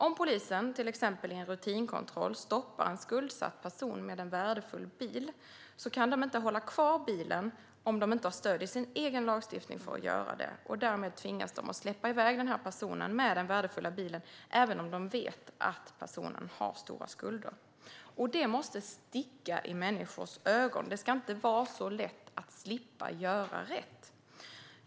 Om polisen, till exempel i en rutinkontroll, stoppar en skuldsatt person med en värdefull bil kan de inte hålla kvar bilen om de inte har stöd i sin egen lagstiftning för att göra det. Därmed tvingas de att släppa iväg personen med den värdefulla bilen även om de vet att personen har stora skulder. Det måste sticka i människors ögon. Det ska inte vara så lätt att slippa göra rätt.